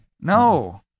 No